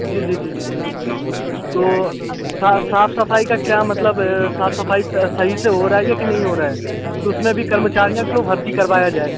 जी जी जी जी जी तो साफ साफ सफाई का क्या मतलब है साफ सफाई सही से हो रहा है कि नहीं हो रहा है कि उसमें भी कर्मचारियाँ क्यों भर्ती करवाया जाए